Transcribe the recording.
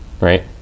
right